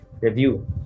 review